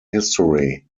history